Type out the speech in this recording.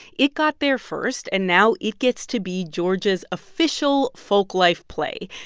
it got there first. and now it gets to be georgia's official folk-life play.